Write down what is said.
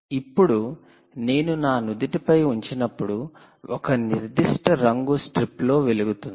ఇప్పుడు నేను నా నుదిటిపై ఉంచినప్పుడు ఒక నిర్దిష్ట రంగు స్ట్రిప్లో వెలుగుతుంది